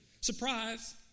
Surprise